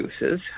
uses